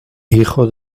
hijo